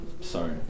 Sorry